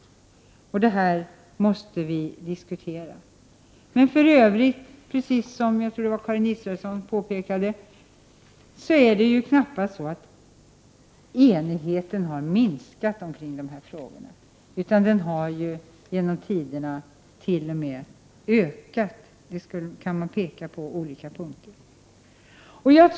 1988/89:125 tik. Detta måste vi diskutera. Men i övrigt — jag tror det var Karin Israelsson 31 maj 1989 som också påpekade det — har ju enigheten knappast minskat omkring dessa frågor, utan den har ju genom tiderna t.o.m. ökat. Man kan peka på olika punkter där den gjort det.